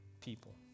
people